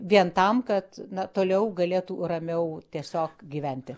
vien tam kad na toliau galėtų ramiau tiesiog gyventi